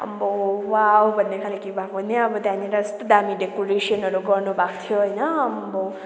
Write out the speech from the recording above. आम्बौ हौ वाव भन्ने खालके भएको नि अब त्यहाँनिर यस्तो दामी डेकोरेसनहरू गर्नुभएको थियो होइन आम्बौ